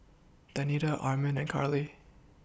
Danita Armin and Carley